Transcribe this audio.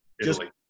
Italy